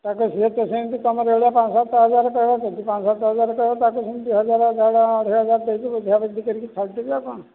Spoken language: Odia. ତାକ ସିଏ ତ ସେମିତି ତୁମରି ଭଳିଆ ପାଞ୍ଚ ସାତ ହଜାର କହିବ ଯଦି ପାଞ୍ଚ ସାତ ହଜାର କହିବ ତାକୁ ସେମିତି ଦୁଇ ହଜାର ଅଢ଼େଇ ହଜାର ଦେଇକି ବୁଝା ବୁଝି କରିକି ଛାଡ଼ିଦେବି ଆଉ କ'ଣ